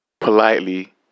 politely